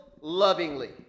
lovingly